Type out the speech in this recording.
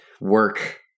work